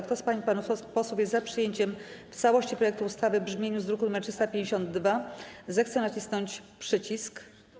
Kto z pań i panów posłów jest za przyjęciem w całości projektu ustawy w brzmieniu z druku nr 352, zechce nacisnąć przycisk.